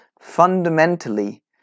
fundamentally